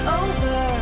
over